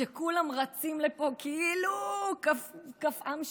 שכולם רצים לפה כאילו כפאם שד.